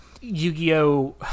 Yu-Gi-Oh